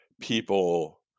people